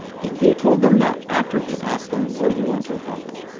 he he told them that after he asked them, what do you want to accomplish?